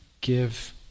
give